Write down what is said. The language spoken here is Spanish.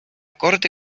corte